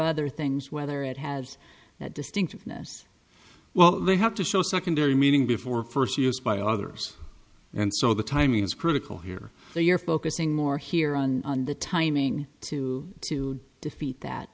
other things whether it has that distinctiveness well they have to show secondary meaning before first use by others and so the timing is critical here so you're focusing more here on the timing to to defeat that